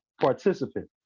participants